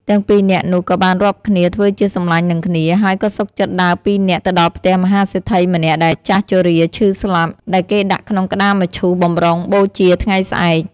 ទាំងពីរនាក់នោះក៏បានរាប់គ្នាធ្ចើជាសម្លាញ់នឹងគ្នា ហើយក៏សុខចិត្ដដើរពីនាក់ទៅដល់ផ្ទះមហាសេដ្ឋីម្នាក់ដែលចាស់ជរាឈឺស្លាប់ដែលគេដាក់ក្នុងក្ដារមឈូសបំរុងបូជាថ្ងៃស្អែក។